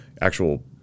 actual